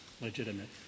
legitimate